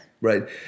Right